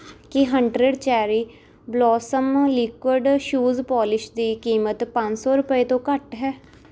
ਕੀ hundred cherry blossom liquid shoes polish ਦੀ ਕੀਮਤ ਪੰਜ ਸੌ ਰੁਪਏ ਤੋਂ ਘੱਟ ਹੈ